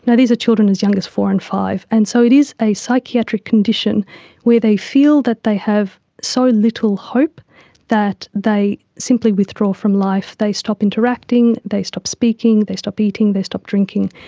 and these are children as young as four and five. and so it is a psychiatric condition where they feel that they have so little hope that they simply withdraw from life, they stop interacting, they stop speaking, they stop eating, they stop drinking,